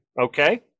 okay